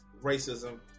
racism